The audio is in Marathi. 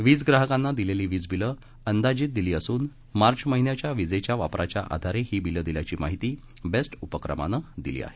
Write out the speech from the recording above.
वीज ग्राहकांना दिलेली वीज बिलं अंदाजित दिली असून मार्च महिन्याच्या विजेच्या वापराच्या आधारे ही बिलं दिल्याची माहिती बेस्ट उपक्रमानं दिली आहे